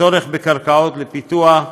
צורך בקרקעות לפיתוח,